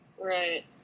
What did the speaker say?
Right